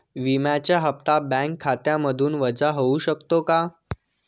विम्याचा हप्ता बँक खात्यामधून वजा होऊ शकतो का?